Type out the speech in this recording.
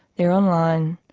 they are online,